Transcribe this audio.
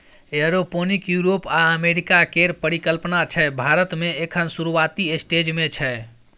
aeroponic Europe आ America केर परिकल्पना छै भारत मे एखन शुरूआती स्टेज मे छै